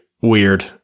Weird